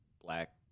Black